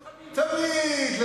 תמיד.